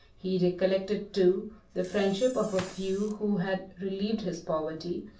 he recollected too the friendship of a few who had relieved his poverty,